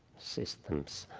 systems,